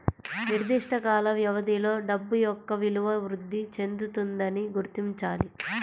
నిర్దిష్ట కాల వ్యవధిలో డబ్బు యొక్క విలువ వృద్ధి చెందుతుందని గుర్తించాలి